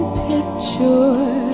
picture